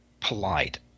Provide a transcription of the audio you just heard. polite